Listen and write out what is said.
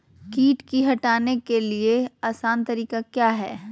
किट की हटाने के ली आसान तरीका क्या है?